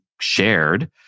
shared